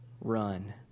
run